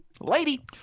lady